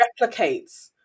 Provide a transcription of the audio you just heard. replicates